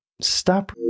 Stop